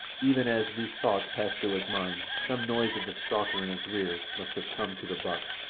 even as these thoughts passed through his mind some noise of the stalker in his rear must have come to the buck,